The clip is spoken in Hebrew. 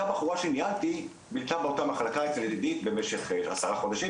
אותה בחורה שניהלתי בילתה באותה מהחלקה אצל עידית במשך עשרה חודשים,